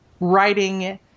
writing